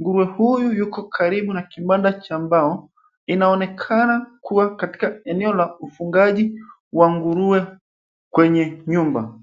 Nguruwe huyu yuko karibu na kibanda cha mbao. Inaonekana kuwa katika eneo la ufugaji wa nguruwe kwenye nyumba.